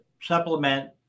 supplement